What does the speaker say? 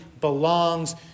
belongs